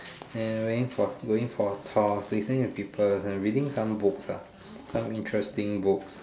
and going for going for course listening to people and reading some books ah some interesting books